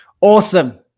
Awesome